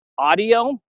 audio